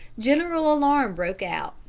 general alarm broke out.